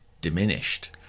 diminished